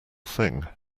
thing